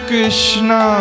Krishna